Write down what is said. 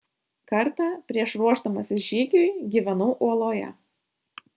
kartą prieš ruošdamasis žygiui gyvenau uoloje